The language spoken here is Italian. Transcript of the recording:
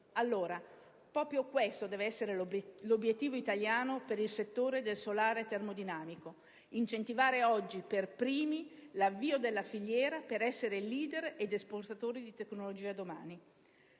Allora proprio questo deve essere l'obiettivo italiano per il settore del solare termodinamico: incentivare oggi per primi l'avvio della filiera per essere leader ed esportatori di tecnologia domani.